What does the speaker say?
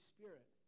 Spirit